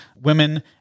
women